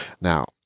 Now